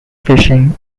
fishing